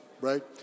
Right